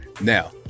now